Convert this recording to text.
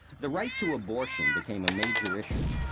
the right to abortion became a major issue.